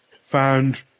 found